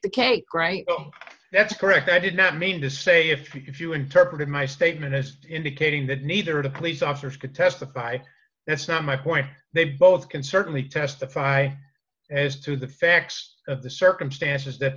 the cake right that's correct i did not mean to say if you interpreted my statement as indicating that neither of the police officers could testify that's not my point they both can certainly testify as to the facts of the circumstances that